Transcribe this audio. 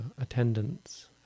attendance